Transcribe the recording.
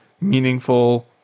meaningful